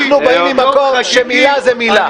אנחנו באים ממקום שמילה זה מילה.